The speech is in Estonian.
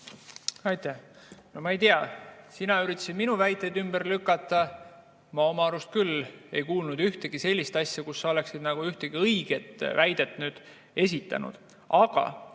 ma ei tea, sina üritasid pigem minu väiteid ümber lükata. Ma oma arust küll ei kuulnud ühtegi sellist kohta, kus sa oleksid nagu ühegi õige väite esitanud.